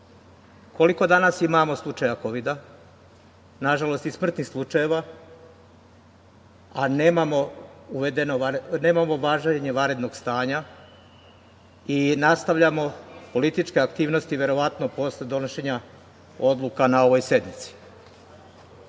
danas imamo slučaja Kovida? Nažalost, i smrtnih slučajeva, a nemamo važenje vanrednog stanja, i nastavljamo političke aktivnosti verovatno, posle donošenja odluka na ovoj sednici?